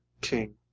king